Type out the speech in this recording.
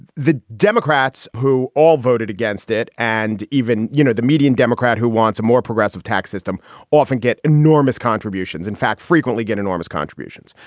the democrats who all voted against it and even, you know, the median democrat who wants a more progressive tax system often get enormous contributions, in fact, frequently get enormous contributions.